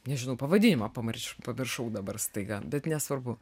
nežinau pavadinimą pamirš pamiršau dabar staiga bet nesvarbu